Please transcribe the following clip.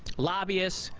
lobbyists,